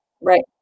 Right